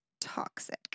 toxic